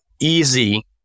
easy